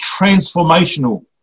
transformational